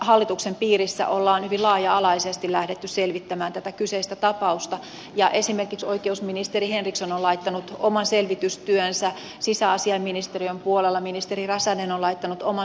hallituksen piirissä on hyvin laaja alaisesti lähdetty selvittämään tätä kyseistä tapausta ja esimerkiksi oikeusministeri henriksson on laittanut oman selvitystyönsä sisäasiainministeriön puolella ministeri räsänen on laittanut oman selvitystyönsä käyntiin